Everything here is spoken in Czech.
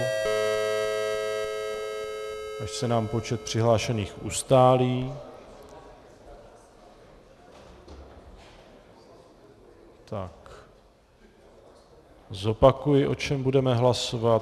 Až se nám počet přihlášených ustálí, tak zopakuji, o čem budeme hlasovat.